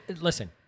Listen